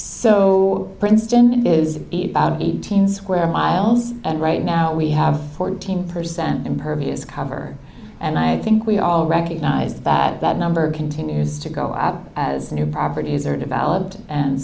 so princeton is eight out of eighteen square miles and right now we have fourteen percent impervious cover and i think we all recognize that that number continues to go out as new properties are developed and